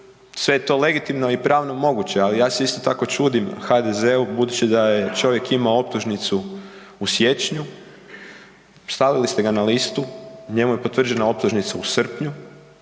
sve je to legitimno i pravno moguće, ali ja se isto tako čudim HDZ-u budući da je čovjek imao optužnicu u siječnju, stavili ste ga na listu, njemu je potvrđena optužnica u srpnju